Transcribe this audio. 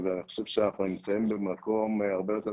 אני חושב שאנחנו נמצאים במקום הרבה יותר